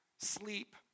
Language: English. sleep